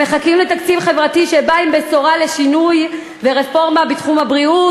הם מחכים לתקציב חברתי שבא עם בשורה על שינוי ורפורמה בתחום הבריאות,